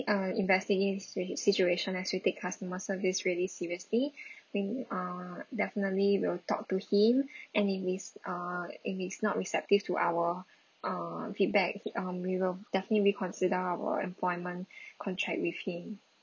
uh investigate this situ~ situation as we take customer service really seriously we uh definitely will talk to him and if he's uh if he's not receptive to our uh feedback um we will definitely reconsider our employment contract with him